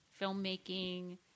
filmmaking